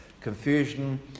confusion